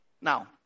Now